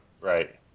Right